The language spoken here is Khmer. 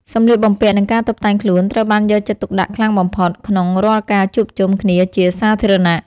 សម្លៀកបំពាក់ និងការតុបតែងខ្លួនត្រូវបានយកចិត្តទុកដាក់ខ្លាំងបំផុតក្នុងរាល់ការជួបជុំគ្នាជាសាធារណៈ។